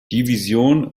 division